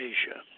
Asia